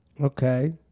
Okay